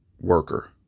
worker